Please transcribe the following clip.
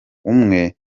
umutwe